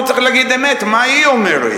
הוא צריך להגיד אמת מה היא אומרת,